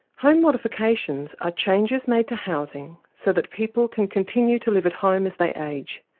home modifications are changes made to housing so that people can continue to live at home as they age.